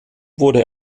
wurde